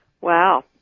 wow